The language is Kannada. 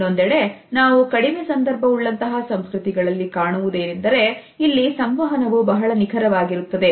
ಇನ್ನೊಂದೆಡೆ ನಾವು ಕಡಿಮೆ ಸಂದರ್ಭ ಉಳ್ಳಂತಹ ಸಂಸ್ಕೃತಿ ಗಳಲ್ಲಿ ಕಾಣುವುದೇ ನೆಂದರೆ ಇಲ್ಲಿ ಸಂವಹನವು ಬಹಳ ನಿಖರವಾಗಿರುತ್ತದೆ